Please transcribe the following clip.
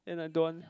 and I don't want